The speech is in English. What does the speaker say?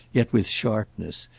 yet with sharpness,